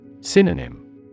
Synonym